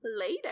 later